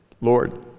Lord